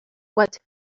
what